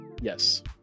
Yes